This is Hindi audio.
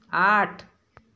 आठ